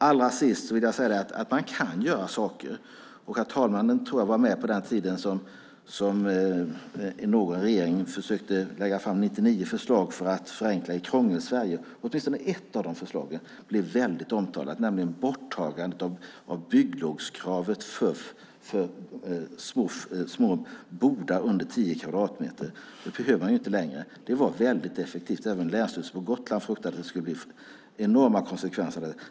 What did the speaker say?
Allra sist vill jag säga att man kan göra saker. Jag tror att herr talmannen var med på den tiden då någon regering försökte lägga fram 99 förslag för att förenkla i Krångelsverige. Åtminstone ett av de förslagen blev mycket omtalat. Det gällde borttagandet av bygglovskravet för små bodar på högst tio kvadratmeter. Det var väldigt effektivt. Länsstyrelsen på Gotland fruktade att det skulle bli enorma konsekvenser av detta.